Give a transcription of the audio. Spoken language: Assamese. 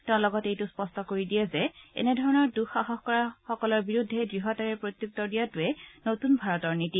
তেওঁ লগতে এইটো স্পষ্ট কৰি দিয়ে যে এনে ধৰণৰ দু সাহস কৰা সকলৰ বিৰুদ্ধে দঢ়তাৰে প্ৰত্যত্বৰ দিয়াটোৱে নতুন ভাৰতৰ নীতি